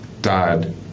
died